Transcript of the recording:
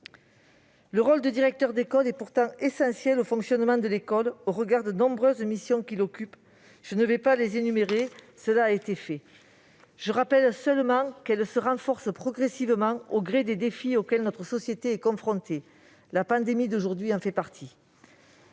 Le rôle de directeur d'école est pourtant essentiel au fonctionnement de l'école au regard des nombreuses missions qu'il occupe. Je ne vais pas les énumérer, car cela a été fait. Je rappellerai seulement que ces missions se sont progressivement renforcées au gré des défis auxquels notre société est confrontée. La pandémie actuelle en fait partie.